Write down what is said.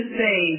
say